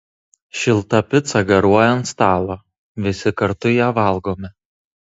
šilta pica garuoja ant stalo visi kartu ją valgome